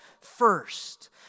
first